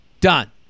Done